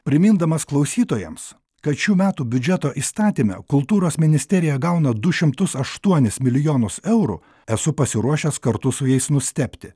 primindamas klausytojams kad šių metų biudžeto įstatyme kultūros ministerija gauna du šimtus aštuonis milijonus eurų esu pasiruošęs kartu su jais nustebti